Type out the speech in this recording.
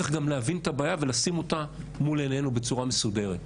צריך גם להבין את הבעיה ולשים אותה מול עינינו בצורה מסודרת.